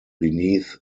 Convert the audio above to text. beneath